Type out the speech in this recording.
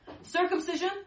Circumcision